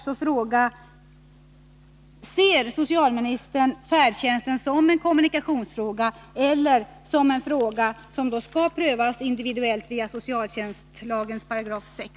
Ser socialministern färdtjänsten såsom en kommunikationsfråga eller såsom en fråga, som skall prövas individuellt via socialtjänstlagens 6 §?